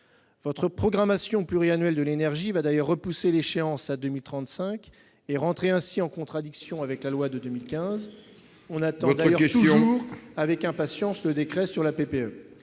Votre programmation pluriannuelle de l'énergie va d'ailleurs repousser l'échéance à 2035 et entrer ainsi en contradiction avec la loi de 2015. Nous attendons d'ailleurs toujours avec impatience le décret relatif